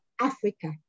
Africa